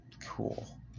cool